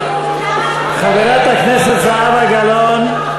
חברת הכנסת זהבה גלאון,